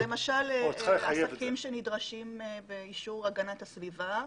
למשל עסקים שנדרשים באישור הגנת הסביבה,